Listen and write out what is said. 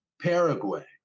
Paraguay